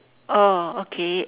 oh okay